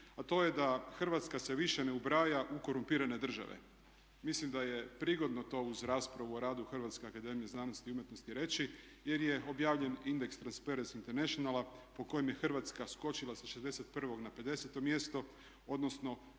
a to je da Hrvatska se više ne ubraja u korumpirane države. Mislim da je prigodno to uz raspravu o radu Hrvatske akademije znanosti i umjetnosti reći, jer je objavljen indeks Transparency internationala po kojem je Hrvatska skočila sa 61. na 50. mjesto, odnosno